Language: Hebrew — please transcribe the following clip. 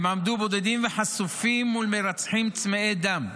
הם עמדו בודדים וחשופים מול מרצחים צמאי דם.